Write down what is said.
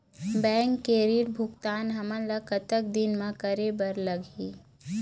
Bank के ऋण भुगतान हमन ला कतक दिन म करे बर लगही?